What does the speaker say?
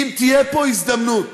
אם תהיה פה הזדמנות